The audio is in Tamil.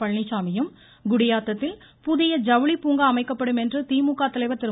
பழனிச்சாமியும் குடியாத்தத்தில் புதிய ஜவுளி பூங்கா அமைக்கப்படும் என்று திமுக தலைவர் திரு